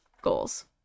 goals